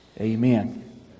Amen